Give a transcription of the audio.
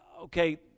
okay